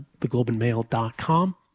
theglobeandmail.com